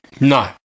No